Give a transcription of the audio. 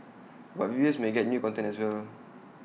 but viewers may get new content as well